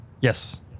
Yes